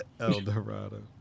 Eldorado